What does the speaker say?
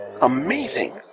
Amazing